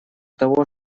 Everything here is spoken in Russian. того